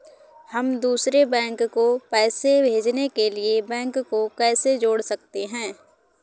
हम दूसरे बैंक को पैसे भेजने के लिए बैंक को कैसे जोड़ सकते हैं?